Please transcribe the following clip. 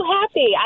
happy